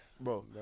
bro